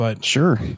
Sure